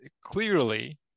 clearly